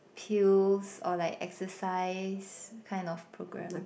pills or like exercise kind of program